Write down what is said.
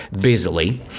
busily